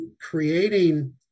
creating